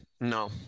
No